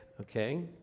Okay